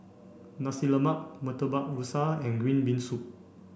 Nasi Lemak Murtabak Rusa and green bean soup